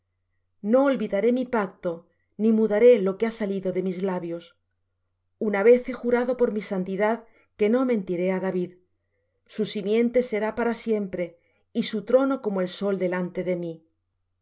no olvidaré mi pacto ni mudaré lo que ha salido de mis labios una vez he jurado por mi santidad que no mentiré á david su simiente será para siempre y su trono como el sol delante de mí